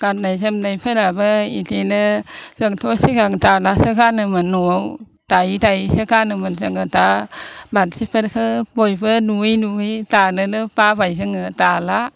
गाननाय जोमनायफोराबो बेदिनो जोंथ' सिगां दानासो गानोमोन न'आव दायै दायैसो गानोमोन जोङो दा मानसिफोरखौ बयबो नुयै नुयै दानोनो बाबाय जोङो दाला